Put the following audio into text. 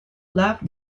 left